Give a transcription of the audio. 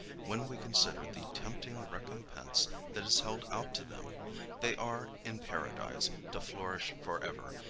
when we consider the tempting recompense that is held out to them they are, in paradise, to flourish forever,